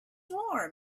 warm